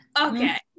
Okay